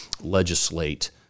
legislate